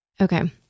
Okay